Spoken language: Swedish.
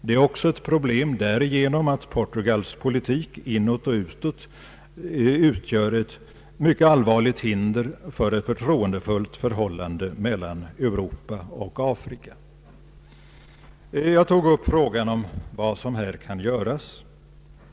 Det är också ett problem därigenom att Portugals politik utgör ett mycket allvarligt hinder för ett förtroendefullt förhållande mellan Europa och Afrika. Jag tog upp frågan om vad som här kan göras.